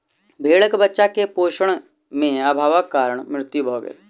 भेड़क बच्चा के पोषण में अभावक कारण मृत्यु भ गेल